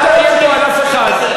אתה האחרון שיגיד משפט כזה.